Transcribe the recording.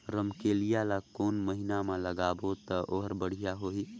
रमकेलिया ला कोन महीना मा लगाबो ता ओहार बेडिया होही?